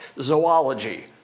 Zoology